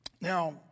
Now